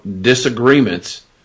disagreements